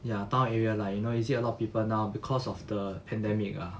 ya town area like you know is it a lot of people now because of the pandemic ah